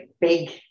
big